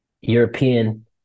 European